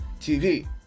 TV